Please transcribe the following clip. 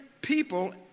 people